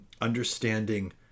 understanding